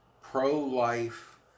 pro-life